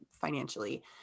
financially